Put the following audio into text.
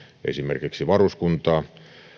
esimerkiksi varuskuntaa